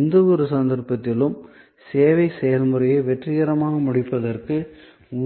எந்தவொரு சந்தர்ப்பத்திலும் சேவை செயல்முறையை வெற்றிகரமாக முடிப்பதற்கு